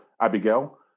Abigail